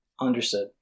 Understood